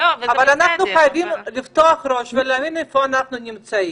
אבל אנחנו חייבים לפתוח את הראש ולהבין איפה אנחנו נמצאים.